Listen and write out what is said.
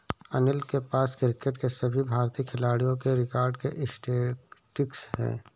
अनिल के पास क्रिकेट के सभी भारतीय खिलाडियों के रिकॉर्ड के स्टेटिस्टिक्स है